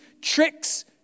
tricks